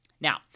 Now